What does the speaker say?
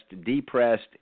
depressed